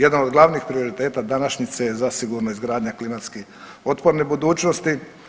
Jedan od glavnih prioriteta današnjice je zasigurno izgradnja klimatski otporne budućnosti.